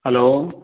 hello